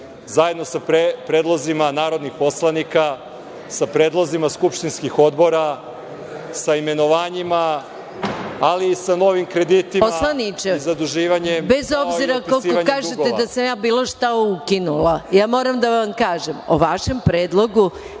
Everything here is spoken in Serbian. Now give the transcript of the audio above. Zajedno sa predlozima narodnih poslanika, sa predlozima skupštinskih odbora, sa imenovanjima ali i sa novim kreditima, zaduživanjem. **Maja Gojković** Poslaniče, bez obzira kako kažete da sam ja bilo šta ukinula, ja moram da vam kažem, o vašem predlogu